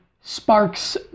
sparks